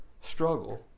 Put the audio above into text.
struggle